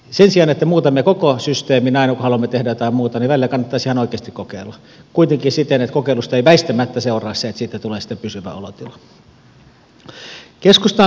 sen sijaan että muutamme koko systeemin aina kun haluamme tehdä jotain muuta niin välillä kannattaisi ihan oikeasti kokeilla kuitenkin siten että kokeilusta ei väistämättä seuraisi se että siitä tulee sitten pysyvä olotila